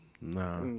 Nah